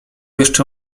jeszcze